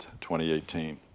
2018